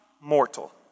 mortal